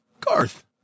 Garth